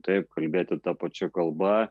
taip kalbėti ta pačia kalba